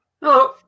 Hello